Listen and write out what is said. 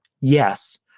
yes